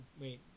Wait